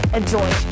Enjoy